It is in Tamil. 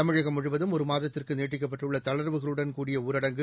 தமிழகம் முழுவதும் ஒரு மாதத்திற்கு நீட்டிக்கப்பட்டுள்ள தளர்வுகளுடன் கூடிய ஊரடங்கு